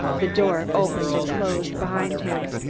the door opened and closed behind him.